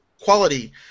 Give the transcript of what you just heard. quality